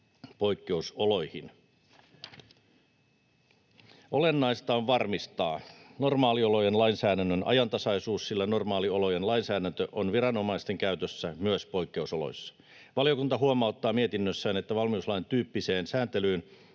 Olennaista on varmistaa normaaliolojen lainsäädännön ajantasaisuus, sillä normaaliolojen lainsäädäntö on viranomaisten käytössä myös poikkeusoloissa. Valiokunta huomauttaa mietinnössään, että valmiuslain tyyppiseen sääntelyyn